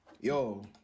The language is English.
Yo